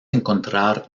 encontrar